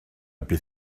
bydd